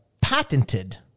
patented